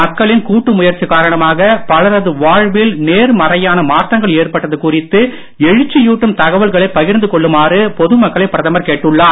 மக்களின் கூட்டு முயற்சி காரணமாக பலரது வாழ்வில் நேர்மறையான மாற்றங்கள் ஏற்பட்டது குறித்து எழுச்சியூட்டும் தகவல்களை பகிர்ந்து கொள்ளுமாறு பொது மக்களை பிரதமர் கேட்டுள்ளார்